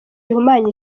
bihumanya